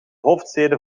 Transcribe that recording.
hoofdsteden